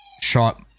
shot